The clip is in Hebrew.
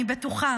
אני בטוחה